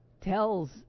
Tells